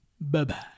bye-bye